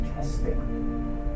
testing